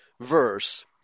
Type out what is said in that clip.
verse